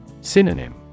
Synonym